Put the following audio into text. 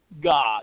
God